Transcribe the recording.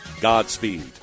Godspeed